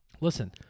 Listen